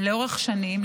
לאורך שנים,